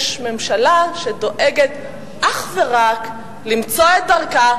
יש ממשלה שדואגת אך ורק למצוא את דרכה,